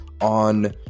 on